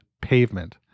pavement